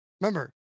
Remember